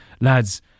lads